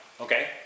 Okay